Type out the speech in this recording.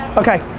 okay.